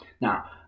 Now